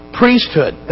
priesthood